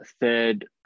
third